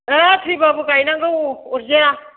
ओ थैबाबो गायनांगौ अरजाया